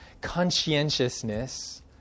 conscientiousness